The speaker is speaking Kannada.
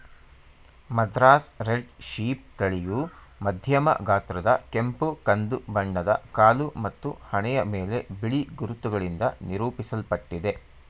ಮದ್ರಾಸ್ ರೆಡ್ ಶೀಪ್ ತಳಿಯು ಮಧ್ಯಮ ಗಾತ್ರದ ಕೆಂಪು ಕಂದು ಬಣ್ಣದ ಕಾಲು ಮತ್ತು ಹಣೆಯ ಮೇಲೆ ಬಿಳಿ ಗುರುತುಗಳಿಂದ ನಿರೂಪಿಸಲ್ಪಟ್ಟಿದೆ